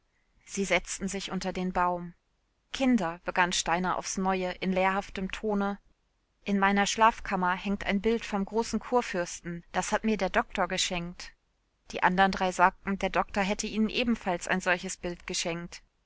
sie setzten sich unter den baum kinder begann steiner aufs neue in lehrhaftem tone in meiner schlafkammer hängt ein bild vom großen kurfürsten das hat mir der doktor geschenkt die anderen drei sagten der doktor hätte ihnen ebenfalls ein solches bild geschenkt